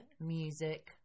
music